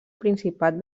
principat